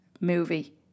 movie